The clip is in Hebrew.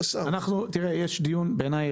בעיניי,